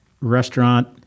restaurant